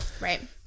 Right